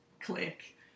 Click